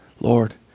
Lord